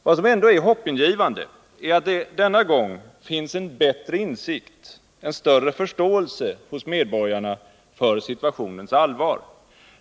Vad som ändå är hoppingivande är att det denna gång finns en bättre insikt, en större förståelse hos medborgarna för situationens allvar.